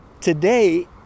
today